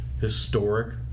historic